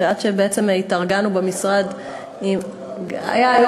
עד שבעצם התארגנו במשרד, זה היה בפגרה.